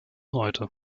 heute